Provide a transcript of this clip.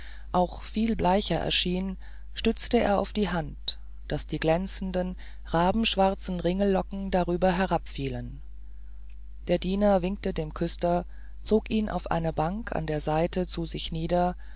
auch viel bleicher erschien stützte er auf die hand daß die glänzend rabenschwarzen ringellocken darüber herabfielen der diener winkte dem küster zog ihn auf eine bank an der seite zu sich nieder